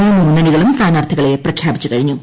മൂന്ന് മുന്നണികളും സ്ഥാനാർത്ഥികളെ പ്രഖ്യാപിച്ചു കഴിഞ്ഞു